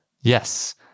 Yes